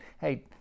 Hey